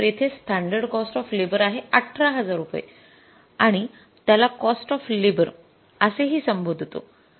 तर येथे standard cost of labour आहे १८००० रुपये आपण त्याला कॉस्ट ऑफ लेबर असे हि संबोधतो